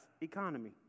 economy